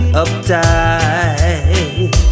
uptight